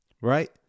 Right